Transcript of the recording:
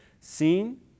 seen